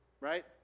Right